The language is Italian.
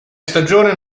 stagione